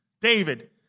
David